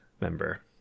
member